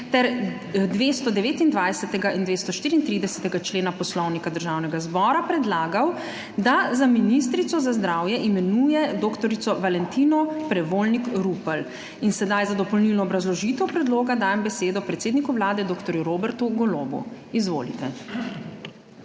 ter 229. in 234. člena Poslovnika Državnega zbora predlagal, da za ministrico za zdravje imenuje dr. Valentino Prevolnik Rupel. In sedaj za dopolnilno obrazložitev predloga dajem besedo predsedniku Vlade, dr. Robertu Golobu. Izvolite.